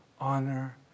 honor